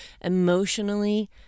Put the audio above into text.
emotionally